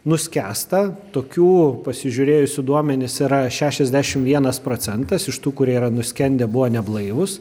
nuskęsta tokių pasižiūrėjusių duomenis yra šešiasdešimt vienas procentas iš tų kurie yra nuskendę buvo neblaivūs